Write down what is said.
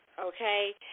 Okay